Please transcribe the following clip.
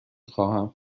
خواهم